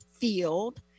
field